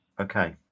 Okay